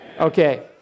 Okay